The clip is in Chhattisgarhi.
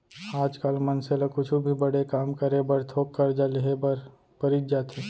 आज काल मनसे ल कुछु भी बड़े काम करे बर थोक करजा लेहे बर परीच जाथे